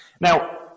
Now